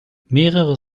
mehrere